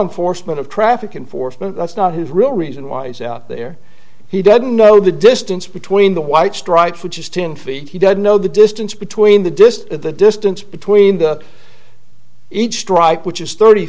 one foresman of traffic and force that's not his real reason why he's out there he doesn't know the distance between the white stripes which is ten feet he doesn't know the distance between the disc at the distance between the each strike which is thirty